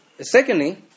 Secondly